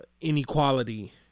inequality